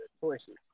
choices